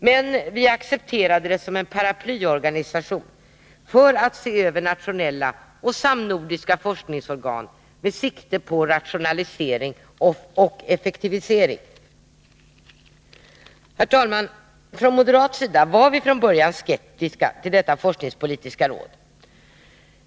Men vi accepterade det som en paraplyorganisation med uppgift att se över nationella och samnordiska forskningsorgan med sikte på rationalisering och effektivisering. Herr talman! Från moderat sida var vi från början skeptiska till detta forskningspolitiska råd.